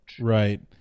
right